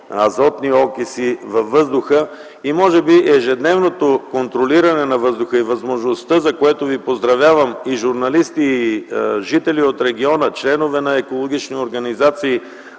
азотни окиси във въздуха. Може би ежедневното контролиране на въздуха и възможността, за което Ви поздравявам, и журналисти, и жители от региона, и членове на екологични организации